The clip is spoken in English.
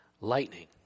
Lightning